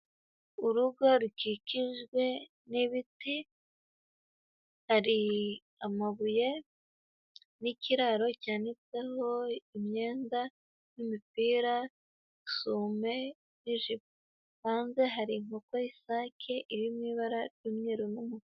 Urugo rukikijwe n'ibiti, hari amabuye n'ikiraro cyananitseho imyenda, imipira isume n'ijipo. Hanze hari inkoko y'isake iririmo ibara ry'umweru n'umukara.